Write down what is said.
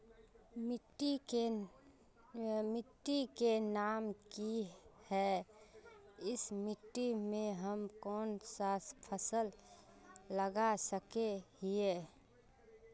मिट्टी के नाम की है इस मिट्टी में हम कोन सा फसल लगा सके हिय?